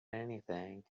anything